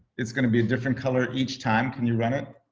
it's gonna be a different color each time. can you run it?